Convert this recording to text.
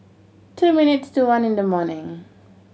two minutes to one in the morning